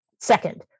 second